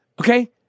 Okay